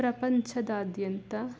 ಪ್ರಪಂಚದಾದ್ಯಂತ